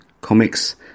comics